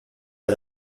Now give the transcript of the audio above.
are